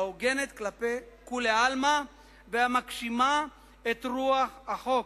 ההוגנת כלפי כולי עלמא, והמגשימה את רוח החוק,